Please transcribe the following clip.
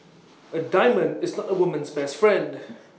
A diamond is not A woman's best friend